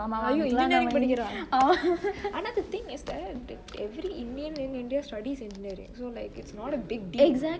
!aiyo! engineering படிக்கர ஆனா:padikiraa aana and the thing is that every indian in india studies engineering so it's not a big deal